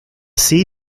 sea